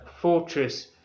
fortress